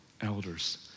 elders